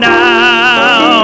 now